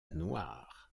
noires